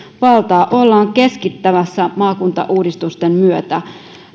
valtaa ollaan keskittämässä maakuntauudistuksen myötä